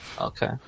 Okay